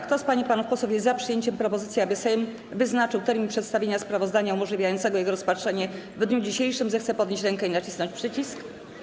Kto z pań i panów posłów jest za przyjęciem propozycji, aby Sejm wyznaczył komisji termin przedstawienia sprawozdania umożliwiający jego rozpatrzenie w dniu dzisiejszym, zechce podnieść rękę i nacisnąć przycisk.